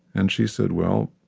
and she said, well,